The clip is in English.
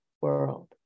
world